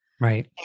Right